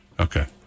Okay